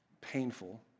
painful